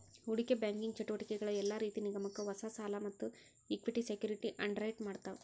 ಹೂಡಿಕಿ ಬ್ಯಾಂಕಿಂಗ್ ಚಟುವಟಿಕಿಗಳ ಯೆಲ್ಲಾ ರೇತಿ ನಿಗಮಕ್ಕ ಹೊಸಾ ಸಾಲಾ ಮತ್ತ ಇಕ್ವಿಟಿ ಸೆಕ್ಯುರಿಟಿ ಅಂಡರ್ರೈಟ್ ಮಾಡ್ತಾವ